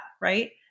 right